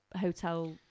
hotel